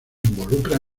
involucra